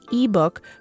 ebook